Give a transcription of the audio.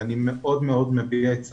אני מאוד מאוד מביע את צערי,